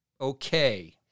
okay